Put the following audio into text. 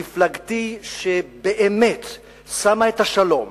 מפלגתי, ששמה את השלום,